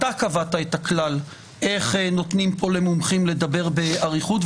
אתה קבעת את הכלל איך נותנים פה למומחים לדבר פה באריכות,